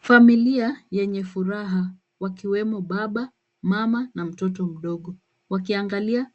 Familia yenye furaha, wakiwemo baba, mama na mtoto mdogo, wakiangalia